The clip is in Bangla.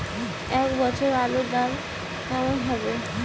এ বছর আলুর দাম কেমন হবে?